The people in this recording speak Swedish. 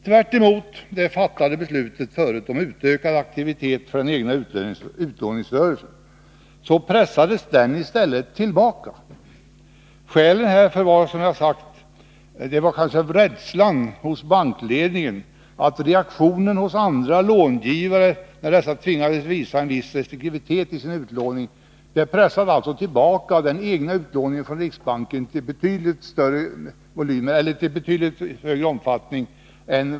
Tvärtemot det fattade beslutet om utökad aktivitet för den egna utlåningsrörelsen, pressades den i stället tillbaka. Skälen härför var, som jag ser det, rädslan hos bankledningen för reaktionen hos andra långivare, när dessa tvingats visa en viss restriktivitet i sin utlåning.